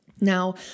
Now